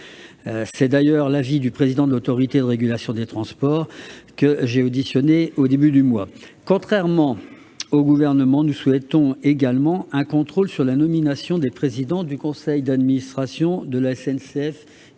C'est d'ailleurs l'avis du président de l'Autorité de régulation des transports, que j'ai auditionné au début du mois. Contrairement au Gouvernement, nous souhaitons également un contrôle sur la nomination des présidents du conseil d'administration de la SNCF